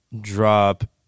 drop